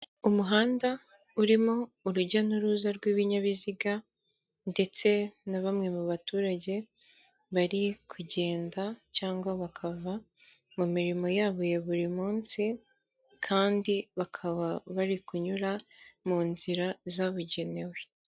Umuhanda urimo urujya n'uruza rw'ibinyabiziga ndetse na bamwe mu baturage, bari kugenda cyangwa bakava mu mirimo yabo ya buri munsi kandi bakaba bari kunyura mu nzira zabugenewe.